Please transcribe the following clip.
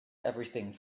everything